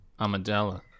Amadella